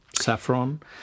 saffron